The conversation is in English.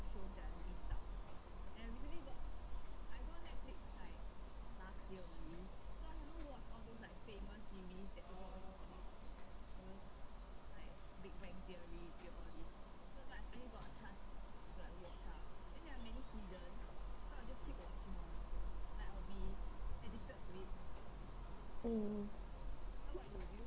mm